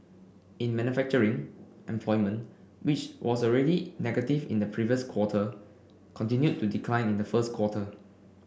in manufacturing employment which was already negative in the previous quarter continued to decline in the first quarter